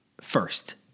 first